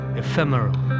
ephemeral